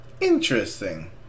Interesting